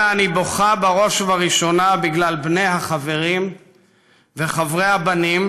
אלא אני בוכה בראש ובראשונה בגלל בני החברים וחברי הבנים